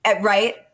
right